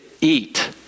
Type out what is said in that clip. eat